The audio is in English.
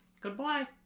Goodbye